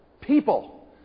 people